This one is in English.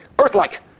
earth-like